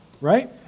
Right